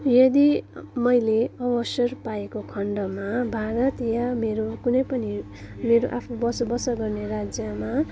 यदि मैले अवसर पाएको खण्डमा भारत वा मेरो कुनै पनि मेरो आफ्नो बसोबासो गर्ने राज्यमा